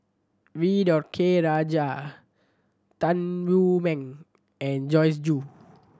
V K Rajah Tan Wu Meng and Joyce Jue